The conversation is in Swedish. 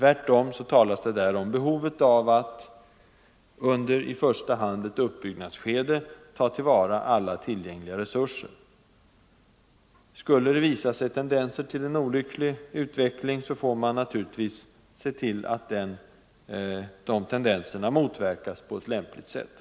Tvärtom talas det där om behovet av att — under i första hand ett upp byggnadsskede — ta till vara alla tillgängliga resurser. Skulle det visa sig tendenser till en olycklig utveckling får man naturligtvis se till att dessa tendenser motverkas på ett lämpligt sätt.